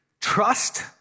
Trust